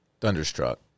Thunderstruck